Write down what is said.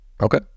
Okay